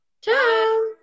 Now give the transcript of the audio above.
Ciao